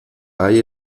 hay